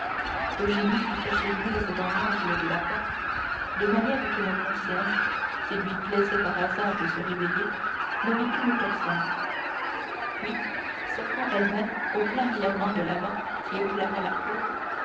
voûte eugénie fit cacher louise dans l'angle de la porte de manière que le concierge s'il lui plaisait par hasard de se réveiller ne vît qu'une personne puis s'offrant elle-même au plein rayonnement de la lampe qui éclairait la cour